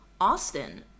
Austin